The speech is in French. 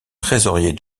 trésorier